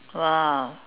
!wow!